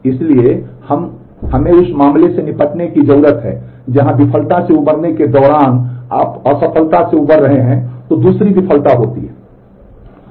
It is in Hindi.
इसलिए हमें उस मामले से भी निपटने की जरूरत है जहां विफलता से उबरने के दौरान आप असफलता से उबर रहे हैं तो दूसरी विफलता होती है